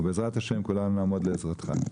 ובעזרת השם, כולנו נעמוד לעזרתך.